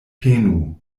penu